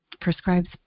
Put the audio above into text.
prescribes